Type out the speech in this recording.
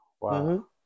Wow